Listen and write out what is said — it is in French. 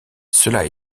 cela